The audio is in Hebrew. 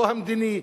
לא המדיני,